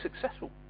successful